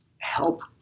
help